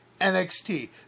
NXT